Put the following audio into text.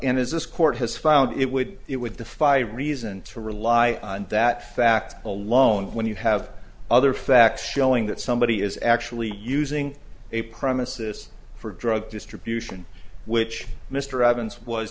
and his this court has found it would it would defy reason to rely on that fact alone when you have other facts showing that somebody is actually using a premises for drug distribution which mr ev